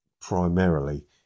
primarily